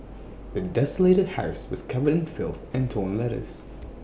the desolated house was covered in filth and torn letters